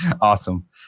awesome